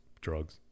drugs